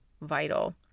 vital